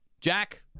Jack